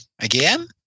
Again